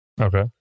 okay